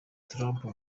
trump